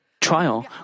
trial